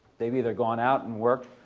they've either gone out and worked,